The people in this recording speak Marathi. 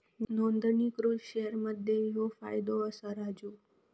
नोंदणीकृत शेअर मध्ये ह्यो फायदो असा राजू